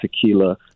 tequila